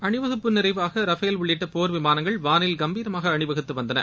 அணிவகுப்பின் நிறைவாக ரஃபேல் உள்ளிட்ட போர் விமானங்கள் வானில் கம்பீரமாக அணிவகுத்து வந்தன